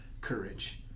courage